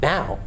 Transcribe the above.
Now